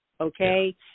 okay